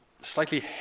slightly